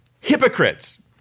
hypocrites